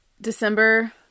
December